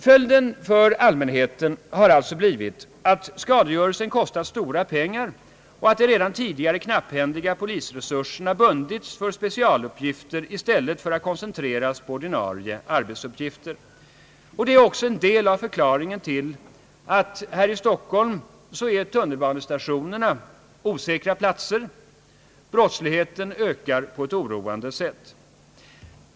Följden för allmänheten har alltså blivit att skadegörelsen kostat stora pengar och att de redan tidigare knapphändiga polisresurserna bundits för specialuppgifter i stället för att koncentreras på ordinarie arbetsuppgifter. Det är också en del av förklaringen till att tunnelbanestationerna här i Stockholm är så osäkra platser och att brottsligheten ökar på ett oroande sätt.